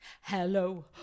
Hello